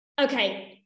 Okay